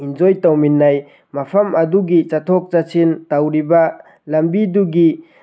ꯏꯟꯖꯣꯏ ꯇꯧꯃꯤꯟꯅꯩ ꯃꯐꯝ ꯑꯗꯨꯒꯤ ꯆꯠꯊꯣꯛ ꯆꯠꯁꯤꯟ ꯇꯧꯔꯤꯕ ꯂꯝꯕꯤꯗꯨꯒꯤ